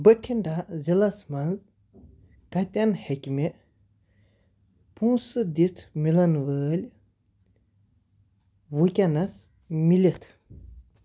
بھٹِنٛڈہ ضلعس مَنٛز کٔتٮ۪ن ہیٚکہِ مےٚ پونٛسہٕ دِتھ میلن وول ؤنکیٚنَس مِلِتھ